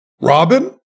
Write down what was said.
Robin